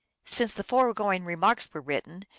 since the foregoing remarks were written,